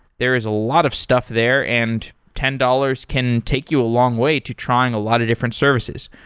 there is a lot of stuff there, and ten dollars can take you a long way to trying a lot of different services.